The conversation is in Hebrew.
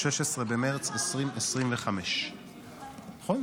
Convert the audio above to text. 16 במרץ 2025. נכון?